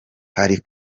hari